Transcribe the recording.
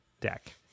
deck